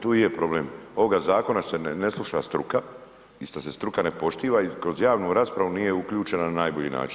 Tu i je problem, ovoga Zakona se ne sluša struka, ista se struka ne poštiva, i kroz javnu raspravu nije uključena na najbolji način.